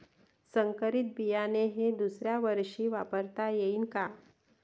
संकरीत बियाणे हे दुसऱ्यावर्षी वापरता येईन का?